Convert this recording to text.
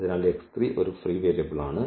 അതിനാൽ ഈ ഒരു ഫ്രീ വേരിയബിൾ ആണ്